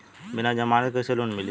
बिना जमानत क कइसे लोन मिली?